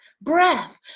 breath